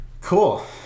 Cool